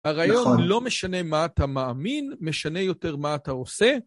הרעיון לא משנה מה אתה מאמין, משנה יותר מה אתה עושה.